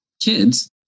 kids